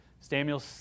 Samuel